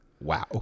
Wow